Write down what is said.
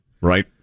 right